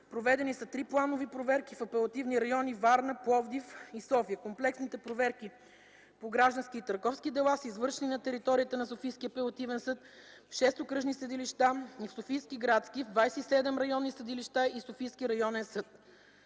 Проведени са три планови проверки в апелативни райони – Варна, Пловдив и София. Комплексните планови проверки по граждански и търговски дела са извършени на територията на Софийски апелативен район в шест окръжни съдилища и в СГС, в 27 районни съдилища и Софийски районен съд.